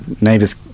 neighbors